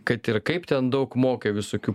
kad ir kaip ten daug mokė visokių